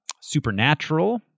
supernatural